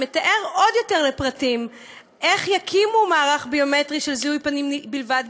שמתאר עוד יותר לפרטים איך יקימו מערך ביומטרי של זיהוי פנים בלבד,